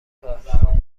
کار